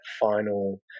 final